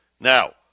now